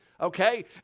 okay